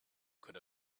could